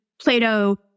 Plato